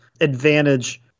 advantage